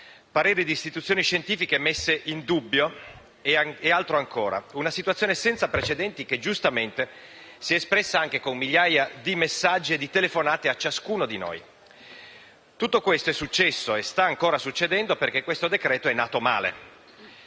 pareri di istituzioni scientifiche messi in dubbio e altro ancora. È una situazione senza precedenti, che giustamente si è espressa anche con migliaia di messaggi e telefonate a ciascuno di noi. Tutto questo è successo e sta ancora succedendo, perché il decreto-legge